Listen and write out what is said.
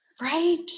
Right